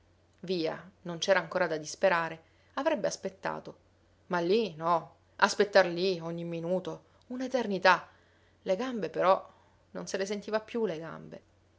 non c'era ancora da disperare avrebbe aspettato ma lì no aspettar lì ogni minuto un'eternità le gambe però non se le sentiva più le gambe